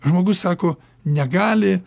žmogus sako negali